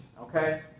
Okay